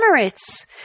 Emirates